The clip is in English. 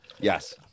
Yes